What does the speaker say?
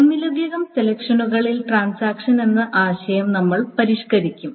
ഒന്നിലധികം സെഷനുകളിൽ ട്രാൻസാക്ഷൻ എന്ന ആശയം നമ്മൾ പരിരക്ഷിക്കും